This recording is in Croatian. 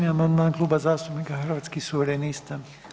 188. amandman, Kluba zastupnika Hrvatskih suverenista.